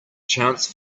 chance